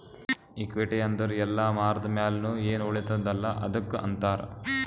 equity ಅಂದುರ್ ಎಲ್ಲಾ ಮಾರ್ದ ಮ್ಯಾಲ್ನು ಎನ್ ಉಳಿತ್ತುದ ಅಲ್ಲಾ ಅದ್ದುಕ್ ಅಂತಾರ್